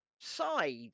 side